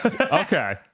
Okay